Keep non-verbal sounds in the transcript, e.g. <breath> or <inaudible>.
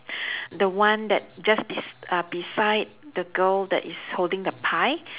<breath> the one that just bes~ uh beside the girl that is holding the pie